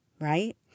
right